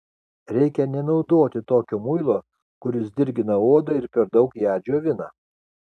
reikia nenaudoti tokio muilo kuris dirgina odą ir per daug ją džiovina